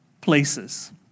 places